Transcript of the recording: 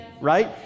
right